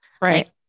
right